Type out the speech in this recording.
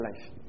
life